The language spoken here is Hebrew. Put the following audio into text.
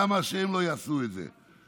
למה שהן לא יעשו את זה?